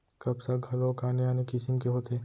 कपसा घलोक आने आने किसिम के होथे